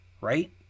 Right